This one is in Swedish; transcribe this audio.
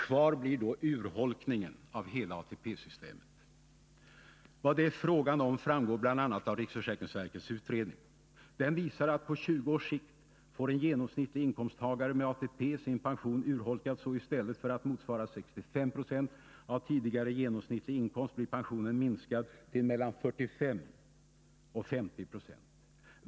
Kvar blir då urholkningen av hela ATP-systemet. Vad det är fråga om framgår bl.a. av riksförsäkringsverkets utredning. Den visar att på 20 års sikt får en genomsnittlig inkomsttagare med ATP sin pension urholkad så att den istället för att motsvara 65 96 av tidigare genomsnittlig inkomst blir minskad till mellan 45 och 50 96.